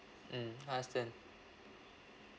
mm understand